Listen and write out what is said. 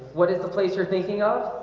what is the place you're thinking of?